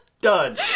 Done